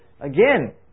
again